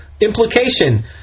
implication